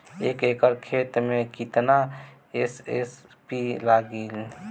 एक एकड़ खेत मे कितना एस.एस.पी लागिल?